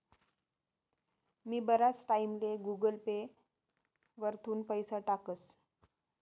मी बराच टाईमले Google pay वरथून पैसा टाकस